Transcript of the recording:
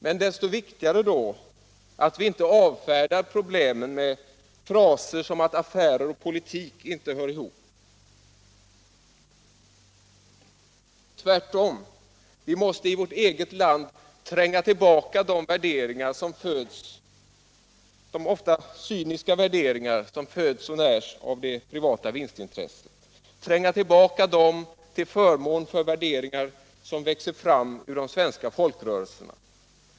Men desto viktigare är det då att vi inte avfärdar problemen med fraser som att affärer och politik inte hör ihop. Tvärtom måste vi i vårt eget land tränga tillbaka de ofta cyniska värderingar som föds och närs av det privata vinstintresset till förmån för värderingar som växer fram ur de svenska folkrörelserna.